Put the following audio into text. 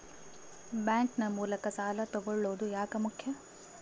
Bank ನ ಮೂಲಕ ಸಾಲ ತಗೊಳ್ಳೋದು ಯಾಕ ಮುಖ್ಯ?